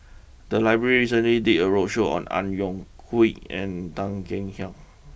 the library recently did a roadshow on Ang Yoke and Tan Kek Hiang